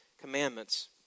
commandments